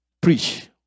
preach